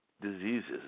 diseases